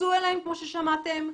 כמו ששמעתם,